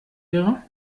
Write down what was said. wäre